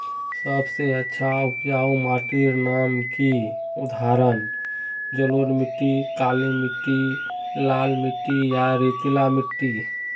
सबसे अच्छा उपजाऊ माटिर नाम की उदाहरण जलोढ़ मिट्टी, काली मिटटी, लाल मिटटी या रेतीला मिट्टी?